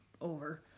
over